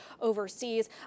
overseas